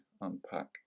unpack